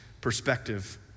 perspective